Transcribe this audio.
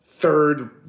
third